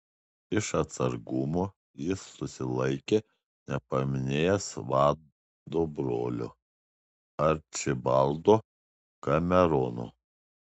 iš atsargumo jis susilaikė nepaminėjęs vado brolio arčibaldo kamerono